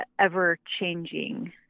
ever-changing